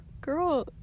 girl